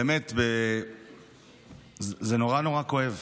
באמת, זה נורא נורא כואב.